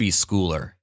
schooler